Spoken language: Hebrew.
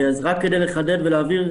רק כדי לחדד ולהבהיר,